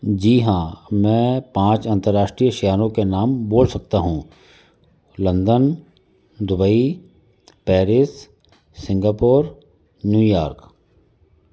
जी हाँ मैं पाँच अंतर्राष्ट्रीय शहरों के नाम बोल सकता हूँ London Dubai Paris Singapore New York